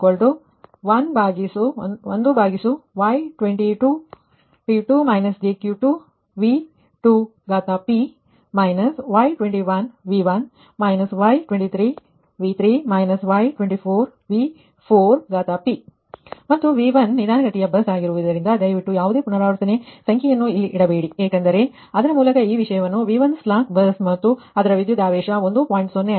V2p11Y22P2 jQ2V2p Y21V1 Y23V3 Y24V4p ಮತ್ತು V1 ನಿಧಾನಗತಿಯ bus ಆಗಿರುವುದರಿಂದ ದಯವಿಟ್ಟು ಯಾವುದೇ ಪುನರಾವರ್ತನೆಯ ಸಂಖ್ಯೆಯನ್ನು ಇಲ್ಲಿ ಇಡಬೇಡಿ ಏಕೆಂದರೆ ಅದರ ಮೂಲಕ ಈ ವಿಷಯವನ್ನು V1 ಸ್ಲಾಕ್ ಬಸ್ಮತ್ತು ಅದರ ವಿದ್ಯುತ್ ಆವೇಶ 1